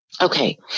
okay